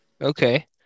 Okay